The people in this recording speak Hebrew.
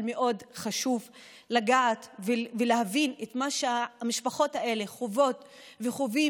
אבל מאוד חשוב לגעת ולהבין את מה שהמשפחות האלה חוות יום-יום.